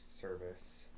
service